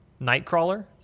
Nightcrawler